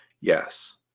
Yes